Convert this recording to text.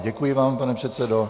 Děkuji vám, pane předsedo.